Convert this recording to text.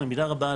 במידה רבה,